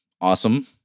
awesome